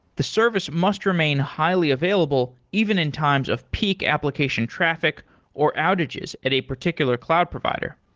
the service must remain highly available even in times of peak application traffic or outages at a particular cloud provider.